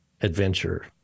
adventure